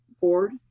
board